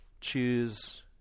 choose